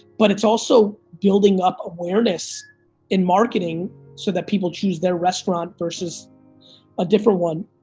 but it's also building up awareness in marketing so that people choose their restaurant versus a different one.